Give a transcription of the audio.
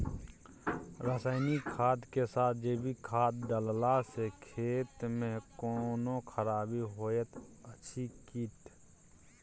रसायनिक खाद के साथ जैविक खाद डालला सॅ खेत मे कोनो खराबी होयत अछि कीट?